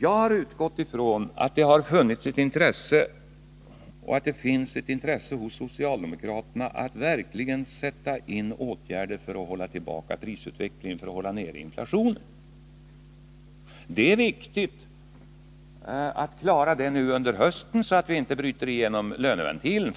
Jag har utgått ifrån att det har funnits och fortfarande finns ett intresse hos socialdemokraterna att verkligen sätta in åtgärder för att hålla tillbaka prisutvecklingen och hålla nere inflationen. Det är viktigt att klara detta nu under hösten, så att vi inte bryter igenom löneventilen.